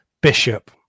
bishop